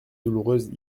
douloureuse